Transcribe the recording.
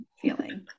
feeling